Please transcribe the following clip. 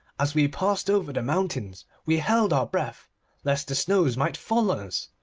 as we passed over the mountains we held our breath lest the snows might fall on us,